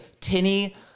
tinny